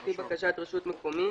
לפי בקשת רשות מקומית,